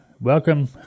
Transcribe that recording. welcome